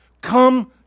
Come